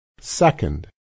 Second